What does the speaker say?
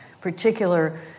particular